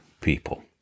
people